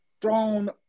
thrown